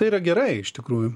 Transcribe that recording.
tai yra gerai iš tikrųjų